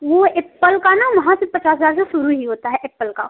वो एप्पल का न वहाँ से पचास हज़ार से शुरू ही होता है एप्पल का